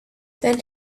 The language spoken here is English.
then